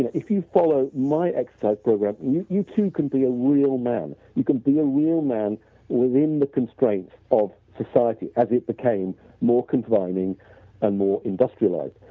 if you follow my exercise program you too can can be a real man. you can be a real man within the constraints of society as it became more confining and more industrialized.